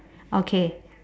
okay